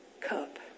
cup